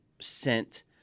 sent